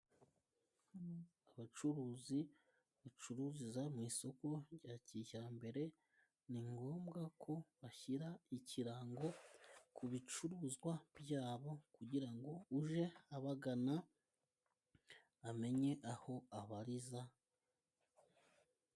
Abacuruzi bacururiza mu isoko rya kijyambere ni ngombwa ko bashyira ikirango ku bicuruzwa byabo kugira ngo uje abagana amenye aho abariza.